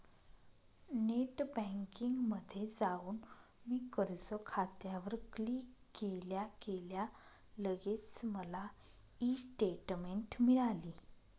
net बँकिंगमध्ये जाऊन मी कर्ज खात्यावर क्लिक केल्या केल्या लगेच मला ई स्टेटमेंट मिळाली